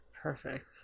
Perfect